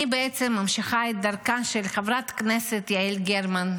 אני בעצם ממשיכה את דרכה של חברת הכנסת יעל גרמן,